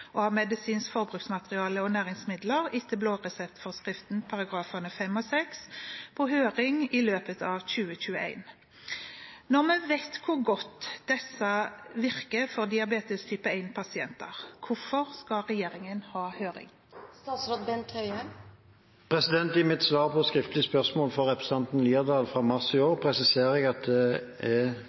medisinsk forbruksmateriell og næringsmidler etter blåreseptforskriften §§ 5 og 6 på høring i løpet av 2021. Når vi vet hvor godt disse virker for diabetes type 1-pasienter, hvorfor skal regjeringen ha høring?» I mitt svar på skriftlig spørsmål fra representanten Haukeland Liadal fra mars i år presiserer jeg at det